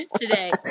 today